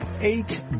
Eight